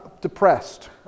depressed